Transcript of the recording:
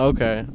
Okay